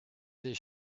this